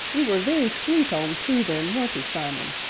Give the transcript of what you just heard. e were very sweet on prue then, weren't e, simon?